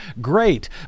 great